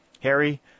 Harry